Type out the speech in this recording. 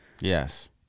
yes